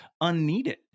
unneeded